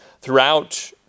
throughout